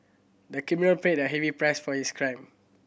the criminal paid a heavy price for his crime